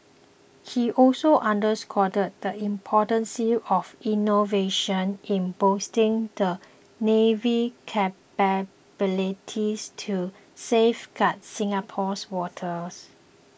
he also underscored the importance of innovation in boosting the navy's capabilities to safeguard Singapore's waters